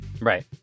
Right